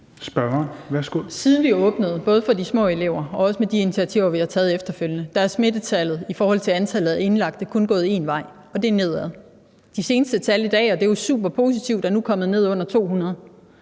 Siden vi åbnede for de små elever og tog de initiativer, vi har taget efterfølgende, er smittetallet i forhold til antallet af indlagte kun gået en vej, og det er nedad. De seneste tal i dag – og det er jo super positivt – er nu kommet ned under 200.